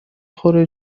خوره